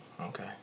okay